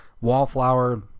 Wallflower